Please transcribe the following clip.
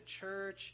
church